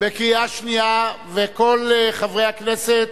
בקריאה שנייה, וכל חברי הכנסת